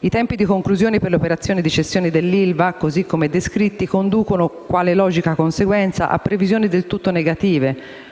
I tempi di conclusione per le operazioni di cessione dell'ILVA, così come descritti, conducono, quale logica conseguenza, a previsioni del tutto negative.